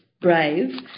brave